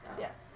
Yes